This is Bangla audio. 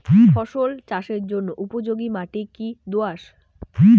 ফসল চাষের জন্য উপযোগি মাটি কী দোআঁশ?